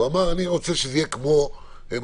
הוא אמר: אני רוצה שזה יהיה כמו מצלמות